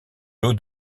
l’eau